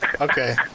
Okay